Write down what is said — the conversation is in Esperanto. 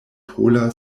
pola